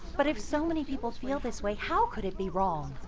but if so many people feel this way, how could it be wrong?